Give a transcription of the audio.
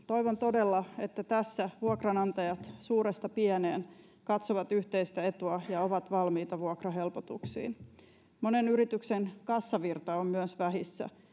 toivon todella että tässä vuokranantajat suuresta pieneen katsovat yhteistä etua ja ovat valmiita vuokrahelpotuksiin monen yrityksen kassavirta on myös vähissä